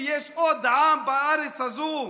ויש עוד עם בארץ הזאת,